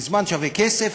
וזמן שווה כסף,